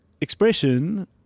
expression